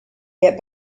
get